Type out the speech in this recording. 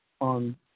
on